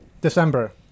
December